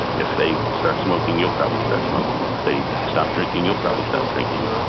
if they start smoking, you'll probably start smoking. if they stop drinking, you'll probably stop drinking.